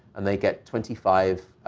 and they get twenty five,